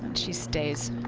she stays